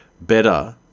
better